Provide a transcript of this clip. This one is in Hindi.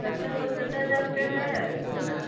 सत्तर पचहत्तर हजार रुपया है सोना